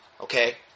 okay